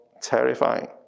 terrifying